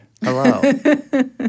Hello